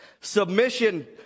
Submission